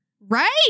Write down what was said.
Right